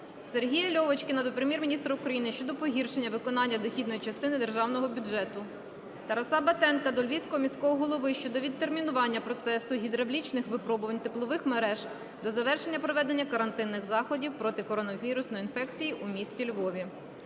Сергія Льовочкіна до Прем'єр-міністра України щодо погіршення виконання дохідної частини державного бюджету. Тараса Батенка до Львівського міського голови щодо відтермінування процесу гідравлічних випробувань теплових мереж до завершення проведення карантинних заходів проти коронавірусної інфекції у місті Львові.